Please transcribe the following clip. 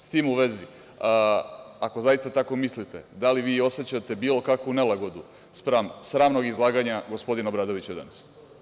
S tim u vezi, ako zaista tako mislite, da li vi osećate bilo kakvu nelagodu spram sramnog izlaganja gospodina Obradovića danas?